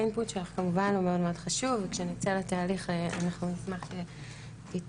האינפוט שלך כמובן הוא מאוד מאוד חשוב וכשנצא לתהליך אנחנו נשמח שתיתני,